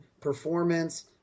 performance